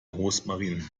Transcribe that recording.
rosmarin